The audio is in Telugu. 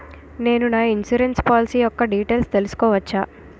నేను నా ఇన్సురెన్స్ పోలసీ యెక్క డీటైల్స్ తెల్సుకోవచ్చా?